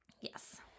yes